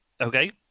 Okay